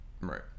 Right